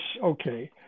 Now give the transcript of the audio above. okay